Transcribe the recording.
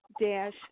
dash